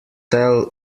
tell